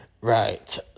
right